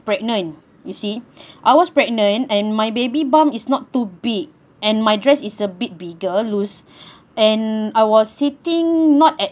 pregnant you see I was pregnant and my baby bump is not too big and my dress is a bit bigger loose and I was sitting not at